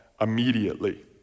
immediately